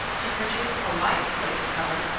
to produce a light slate color,